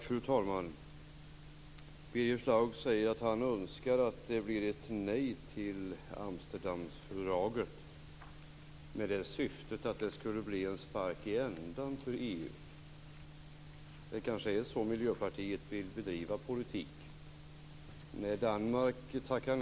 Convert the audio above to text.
Fru talman! Birger Schlaug säger att han önskar att det blir ett nej till Amsterdamfördraget; detta med syftet att det skulle bli en spark i ändan på EU. Det är kanske så Miljöpartiet vill bedriva politik.